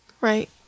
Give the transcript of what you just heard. Right